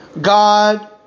God